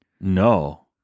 No